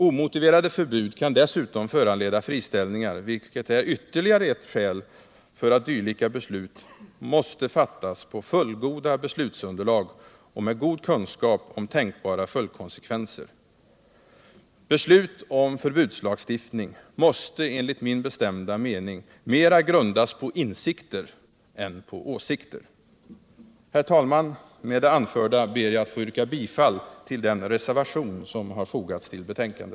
Omotiverade förbud kan dessutom föranleda friställningar, vilket är ytterligare ett skäl för att dylika beslut måste fattas på fullgoda beslutsunderlag och med god kunskap om tänkbara följdkonsekvenser. Beslut om förbudslagstiftningen måste enligt min bestämda mening sålunda grundas mera på insikter än på åsikter! Herr talman! Med det anförda ber jag att få yrka bifall till den reservation som är fogad vid utskottets betänkande.